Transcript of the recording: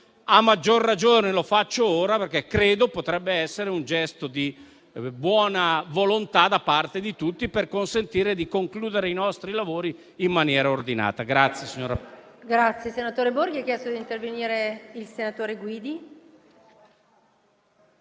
a maggior ragione lo faccio ora perché credo potrebbe essere un gesto di buona volontà da parte di tutti per consentire di concludere i nostri lavori in maniera ordinata.